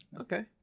Okay